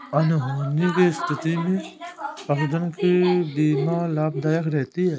अनहोनी की स्थिति में पशुधन की बीमा लाभदायक रहती है